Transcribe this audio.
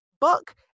book